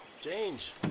Change